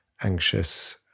anxious